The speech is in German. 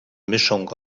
mischung